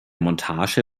montage